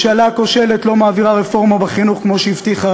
ממשלה כושלת לא מעבירה רפורמה בחינוך כמו שהיא הבטיחה,